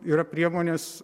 yra priemonės